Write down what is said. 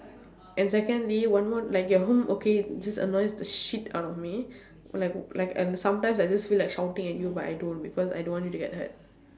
and secondly one more like your home okay it just annoys the shit out of me like like I sometimes I just feel like shouting at you but I don't because I don't want you to get hurt